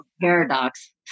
paradox